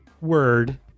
word